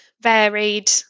varied